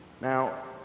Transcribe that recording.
Now